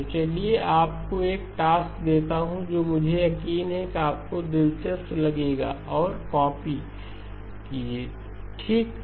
तो चलिए मैं आपको एक टास्कदेता हूं जो मुझे यकीन है कि आपको दिलचस्प लगेगा और कॉपी ठीक है